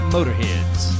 Motorheads